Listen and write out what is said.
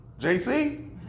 JC